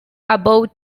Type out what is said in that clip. above